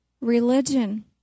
Religion